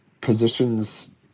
positions